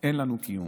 אין לנו קיום,